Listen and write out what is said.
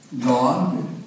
God